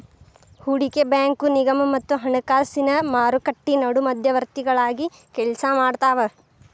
ಹೂಡಕಿ ಬ್ಯಾಂಕು ನಿಗಮ ಮತ್ತ ಹಣಕಾಸಿನ್ ಮಾರುಕಟ್ಟಿ ನಡು ಮಧ್ಯವರ್ತಿಗಳಾಗಿ ಕೆಲ್ಸಾಮಾಡ್ತಾವ